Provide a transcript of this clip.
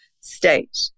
state